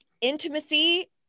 intimacy